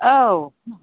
औ